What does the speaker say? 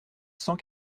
cent